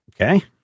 Okay